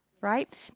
Right